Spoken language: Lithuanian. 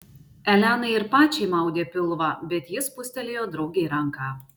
elenai ir pačiai maudė pilvą bet ji spustelėjo draugei ranką